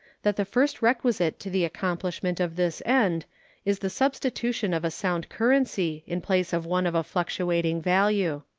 that the first requisite to the accomplishment of this end is the substitution of a sound currency in place of one of a fluctuating value.